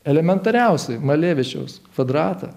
elementariausiai malevičiaus kvadratą